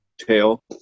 tail